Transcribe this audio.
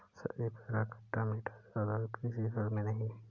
शरीफा का खट्टा मीठा स्वाद और किसी फल में नही है